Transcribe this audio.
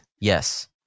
yes